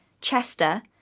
chester